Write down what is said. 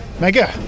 mega